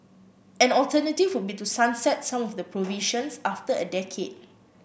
an alternative would be to sunset some of the provisions after a decade